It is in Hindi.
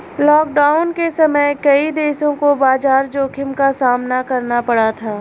लॉकडाउन के समय कई देशों को बाजार जोखिम का सामना करना पड़ा था